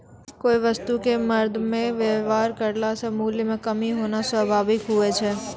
कोय वस्तु क मरदमे वेवहार करला से मूल्य म कमी होना स्वाभाविक हुवै छै